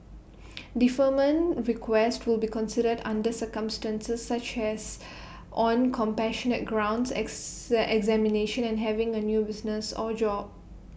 deferment requests will be considered under circumstances such as on compassionate grounds ex examinations and having A new business or job